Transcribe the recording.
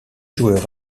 joueur